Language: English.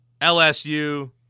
LSU